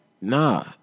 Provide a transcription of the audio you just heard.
nah